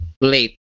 late